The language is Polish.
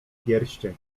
pierścień